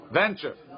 venture